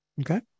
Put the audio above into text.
Okay